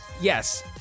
yes